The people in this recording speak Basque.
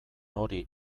hori